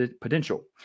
potential